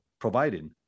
providing